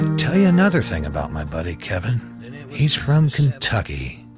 tell you another thing about my buddy kevin he's from kentucky,